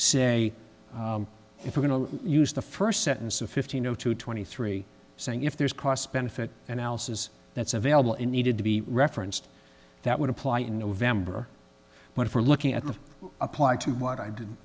say if we're going to use the first sentence of fifteen zero to twenty three saying if there's cost benefit analysis that's available in needed to be referenced that would apply in november when for looking at the apply to what i did